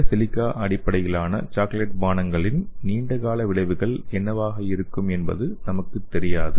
இந்த சிலிக்கா அடிப்படையிலான சாக்லேட் பானங்களின் நீண்ட கால விளைவுகள் என்னவாக இருக்கும் என்பது நமக்குத் தெரியாது